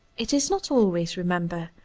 it is not always, remember,